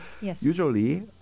usually